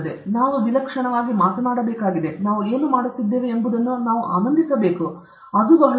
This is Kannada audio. ನಾವು ವಿಲಕ್ಷಣವಾಗಿ ಮಾತನಾಡಬೇಕಾಗಿದೆ ನಾವು ಏನು ಮಾಡುತ್ತಿದ್ದೇವೆ ಎಂಬುದನ್ನು ನಾವು ಆನಂದಿಸಬೇಕು ಅದು ಬಹಳ ಮುಖ್ಯ